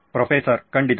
professor ಖಂಡಿತ ಹೌದು